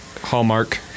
Hallmark